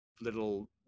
little